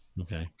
Okay